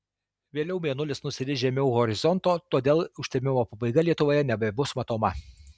vėliau mėnulis nusiris žemiau horizonto todėl užtemimo pabaiga lietuvoje nebebus matoma